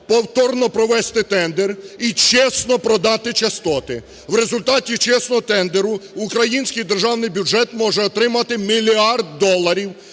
повторно провести тендер і чесно продати частоти. У результаті чесного тендеру український державний бюджет може отримати мільярд доларів